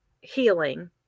healing